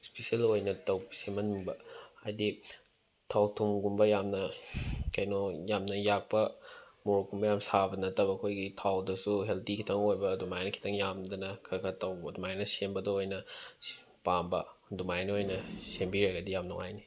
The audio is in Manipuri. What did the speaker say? ꯁ꯭ꯄꯤꯁꯦꯜ ꯑꯣꯏꯅ ꯇꯧ ꯁꯦꯝꯍꯟꯅꯤꯡꯕ ꯍꯥꯏꯗꯤ ꯊꯥꯎ ꯊꯨꯝꯒꯨꯝꯕ ꯌꯥꯝꯅ ꯀꯩꯅꯣ ꯌꯥꯝꯅ ꯌꯥꯛꯄ ꯃꯣꯔꯣꯛꯀꯨꯝꯕ ꯌꯥꯝꯅ ꯁꯥꯕ ꯅꯠꯇꯕ ꯑꯩꯈꯣꯏꯒꯤ ꯊꯥꯎꯗꯁꯨ ꯍꯦꯜꯗꯤ ꯈꯤꯇꯪ ꯑꯣꯏꯕ ꯑꯗꯨꯃꯥꯏꯅ ꯈꯤꯇꯪ ꯌꯥꯝꯗꯅ ꯈꯔ ꯈꯔ ꯇꯧꯕ ꯑꯗꯨꯃꯥꯏꯅ ꯁꯦꯝꯕꯗꯨ ꯑꯣꯏꯅ ꯄꯥꯝꯕ ꯑꯗꯨꯃꯥꯏꯅ ꯑꯣꯏꯅ ꯁꯦꯝꯕꯤꯔꯒꯗꯤ ꯌꯥꯝ ꯅꯨꯡꯉꯥꯏꯅꯤ